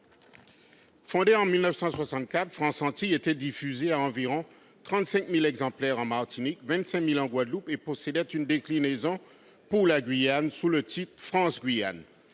Fondé en 1964, était diffusé à environ 35 000 exemplaires en Martinique, 25 000 en Guadeloupe et possédait une déclinaison pour la Guyane sous le titre. Le journal